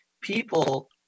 People